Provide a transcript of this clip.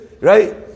right